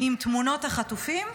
עם תמונות החטופים,